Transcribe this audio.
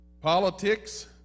Politics